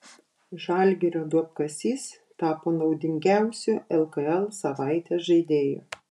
žalgirio duobkasys tapo naudingiausiu lkl savaitės žaidėju